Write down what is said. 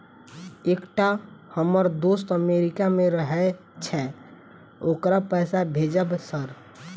एकटा हम्मर दोस्त अमेरिका मे रहैय छै ओकरा पैसा भेजब सर?